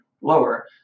lower